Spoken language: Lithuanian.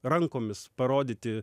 rankomis parodyti